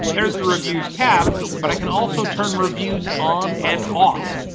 there's the reviews tab, but i can also turn reviews on and off.